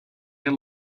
air